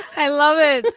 i love it.